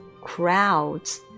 crowds